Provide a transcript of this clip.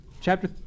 chapter